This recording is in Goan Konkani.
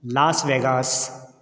लास वॅगास